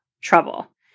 trouble